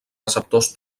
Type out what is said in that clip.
receptors